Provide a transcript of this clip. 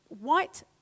white